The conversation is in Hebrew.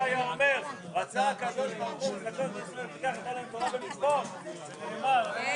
בשעה 15:50.